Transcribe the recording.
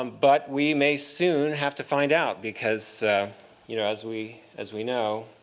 um but we may soon have to find out, because you know as we as we know,